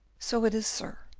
so it is, sir,